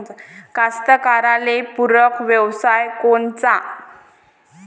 कास्तकाराइले पूरक व्यवसाय कोनचा?